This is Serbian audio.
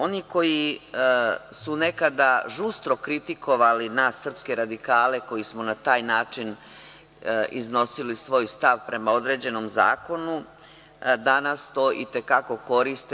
Oni koji su nekada žustro kritikovali nas, srpske radikale koji smo na taj način iznosili svoj stav prema određenom zakonu, danas to itekako koriste.